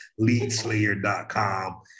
Leadslayer.com